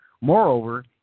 Moreover